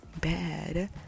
bad